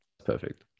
perfect